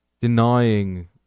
denying